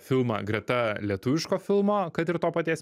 filmą greta lietuviško filmo kad ir to paties